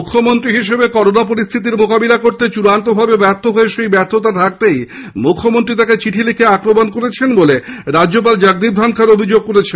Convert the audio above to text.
মুখ্যমন্ত্রী হিসেবে করোনা পরিস্থতির মোকাবিলা করতে চূড়ান্ত ভাবে ব্যর্থ হয়ে সেই ব্যর্থতা ঢাকতেই মখ্যমন্ত্রী তাঁকে চিঠি লিখে আক্রমণ করেছেন বলে রাজ্যপাল জগদীপ ধনখড় অভিযোগ করেছেন